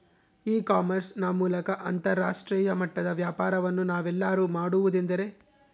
E commerce ನ ಮೂಲಕ ಅಂತರಾಷ್ಟ್ರೇಯ ಮಟ್ಟದ ವ್ಯಾಪಾರವನ್ನು ನಾವೆಲ್ಲರೂ ಮಾಡುವುದೆಂದರೆ?